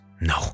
No